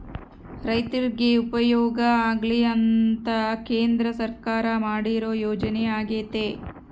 ರೈರ್ತಿಗೆ ಉಪಯೋಗ ಆಗ್ಲಿ ಅಂತ ಕೇಂದ್ರ ಸರ್ಕಾರ ಮಾಡಿರೊ ಯೋಜನೆ ಅಗ್ಯತೆ